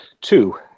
Two